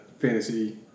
fantasy